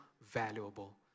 valuable